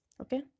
Okay